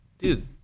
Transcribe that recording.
Dude